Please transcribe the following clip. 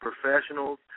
professionals